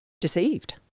deceived